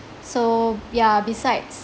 so yeah besides